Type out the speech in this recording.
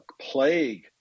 plague